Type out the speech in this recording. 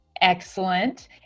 Excellent